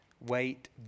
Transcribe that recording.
wait